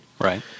Right